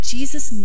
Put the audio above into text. Jesus